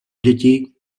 děti